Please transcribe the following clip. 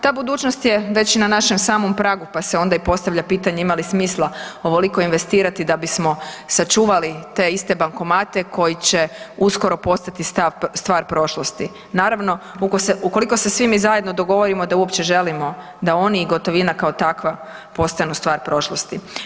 Ta budućnost je već na našem samom pragu pa se onda i postavlja pitanje, ima li smisla ovoliko investirati da bismo sačuvali te iste bankomate koji će uskoro postati stvar prošlosti, naravno ukoliko se svi mi zajedno dogovorimo da uopće želimo da oni i gotovina kao takva postanu stvar prošlosti?